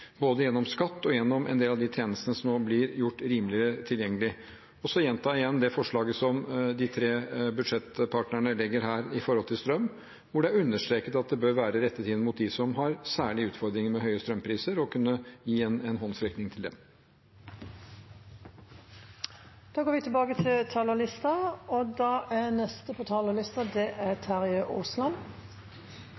både gjennom skatt og en del av de tjenestene som nå blir gjort rimeligere tilgjengelig. Så gjentar jeg igjen det forslaget som de tre budsjettpartnerne legger fram her om strøm, hvor det er understreket at det bør være rettet inn mot dem som har særlige utfordringer med høye strømpriser, og å kunne gi dem en håndsrekning.